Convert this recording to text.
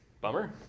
Bummer